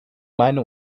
meine